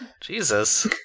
Jesus